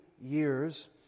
years